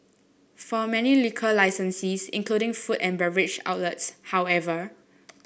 for many liquor licensees including food and beverage outlets however